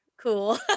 cool